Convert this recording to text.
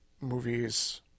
movies